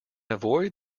avoid